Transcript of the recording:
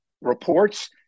reports